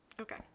okay